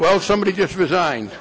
well somebody just resign